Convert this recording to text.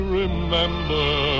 remember